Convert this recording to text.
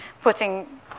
putting